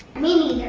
me